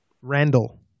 Randall